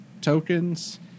tokens